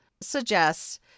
suggests